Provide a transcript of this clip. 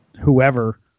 whoever